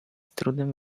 trudem